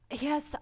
yes